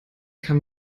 kann